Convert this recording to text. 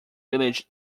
village